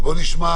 אז בואו נשמע,